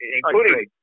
Including